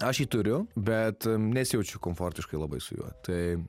aš jį turiu bet nesijaučiu komfortiškai labai su juo tai